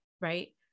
right